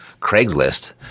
Craigslist